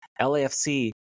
LAFC